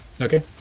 Okay